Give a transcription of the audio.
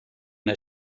una